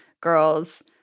girls